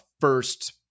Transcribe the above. first